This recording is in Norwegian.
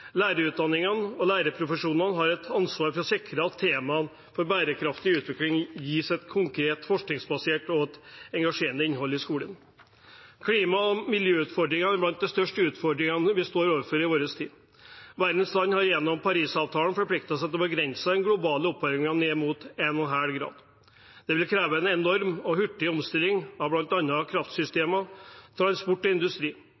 lærerutdanningene og lærerprofesjonene har et ansvar for å sikre at temaet bærekraftig utvikling gis et konkret, forskningsbasert og engasjerende innhold i skolen. Klima- og miljøutfordringer er blant de største utfordringene vi står overfor i vår tid. Verdens land har gjennom Parisavtalen forpliktet seg til å begrense den globale oppvarmingen ned mot 1,5 grader. Det vil kreve en enorm og hurtig omstilling av bl.a. kraftsystemer, transport og industri.